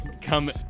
Come